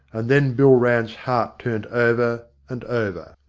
and then bill rann's heart turned over and over.